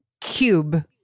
cube